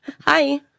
Hi